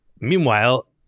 meanwhile